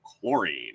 chlorine